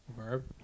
verb